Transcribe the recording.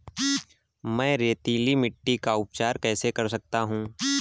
मैं रेतीली मिट्टी का उपचार कैसे कर सकता हूँ?